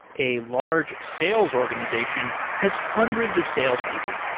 a large sales organization has hundreds of sales people.